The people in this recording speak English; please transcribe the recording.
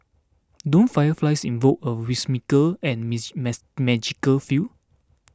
don't fireflies invoke a whimsical and miss mess magical feel